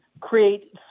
create